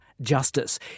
justice